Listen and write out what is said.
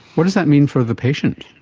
what does that mean for the patient?